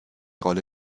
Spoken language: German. rolle